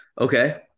Okay